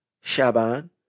Shaban